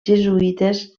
jesuïtes